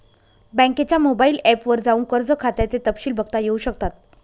बँकेच्या mobile app वर जाऊन कर्ज खात्याचे तपशिल बघता येऊ शकतात